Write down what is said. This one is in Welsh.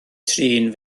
trin